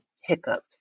hiccups